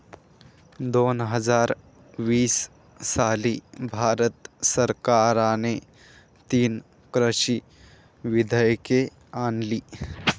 दोन हजार वीस साली भारत सरकारने तीन कृषी विधेयके आणली